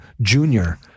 Junior